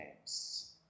games